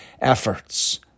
efforts